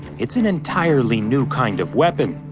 it's an entirely new kind of weapon.